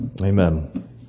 Amen